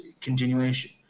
continuation